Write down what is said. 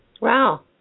Wow